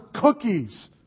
cookies